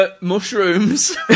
Mushrooms